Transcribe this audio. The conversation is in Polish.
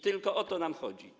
Tylko o to nam chodzi.